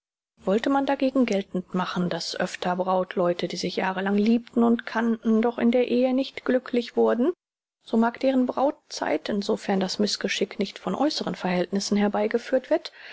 wollte man dagegen geltend machen daß öfter brautleute die sich jahrelang liebten und kannten doch in der ehe nicht glücklich wurden so mag deren brautzeit insofern das mißgeschick nicht von äußeren verhältnissen herbeigeführt wird